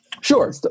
Sure